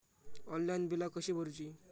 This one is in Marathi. ऑनलाइन बिला कशी भरूची?